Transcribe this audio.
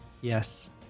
Yes